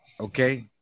Okay